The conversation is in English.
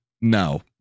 No